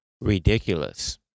ridiculous